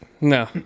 No